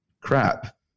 crap